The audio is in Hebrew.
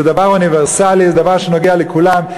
זה דבר אוניברסלי, זה דבר שנוגע לכולם.